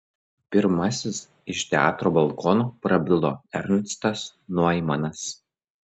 pirmasis iš teatro balkono prabilo ernstas noimanas